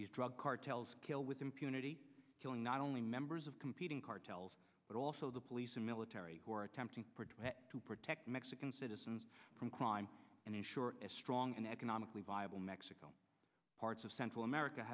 these drug cartels kill with impunity killing not only members of competing cartels but also the police and military who are attempting to protect mexican citizens from crime and ensure a strong and economically viable mexico parts of central america